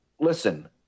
listen